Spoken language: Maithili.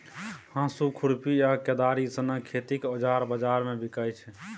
हाँसु, खुरपी आ कोदारि सनक खेतीक औजार बजार मे बिकाइ छै